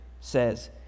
says